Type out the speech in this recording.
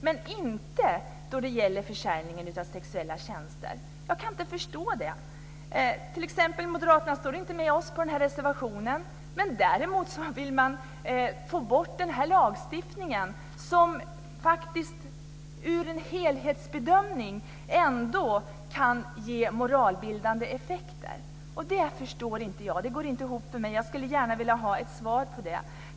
Men detta anser man inte ska gälla försäljning av sexuella tjänster, och det är anmärkningsvärt. Jag kan inte förstå det. Moderaterna står inte med oss under den här reservationen. Däremot vill man få bort den här lagstiftningen som faktiskt i en helhetsbedömning kan ge moralbildande effekter. Det förstår jag inte. Det går inte ihop för mig. Jag skulle gärna vilja ha en kommentar till detta.